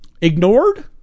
ignored